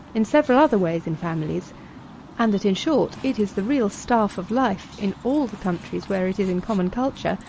in several other ways in families and that, in short, it is the real staff of life, in all the countries where it is in common culture,